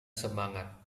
semangat